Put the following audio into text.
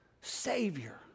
Savior